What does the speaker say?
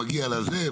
למשל,